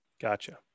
Gotcha